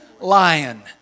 lion